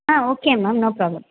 ah okay ma'am no problem